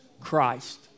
Christ